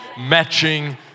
matching